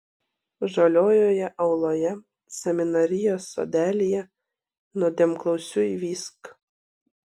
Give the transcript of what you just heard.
žaliojoje auloje seminarijos sodelyje nuodėmklausiui vysk